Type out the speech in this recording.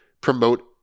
promote